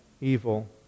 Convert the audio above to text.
evil